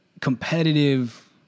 competitive